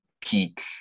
peak